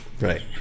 Right